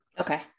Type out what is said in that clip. Okay